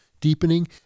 deepening